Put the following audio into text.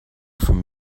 from